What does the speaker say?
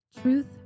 Truth